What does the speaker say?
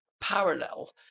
parallel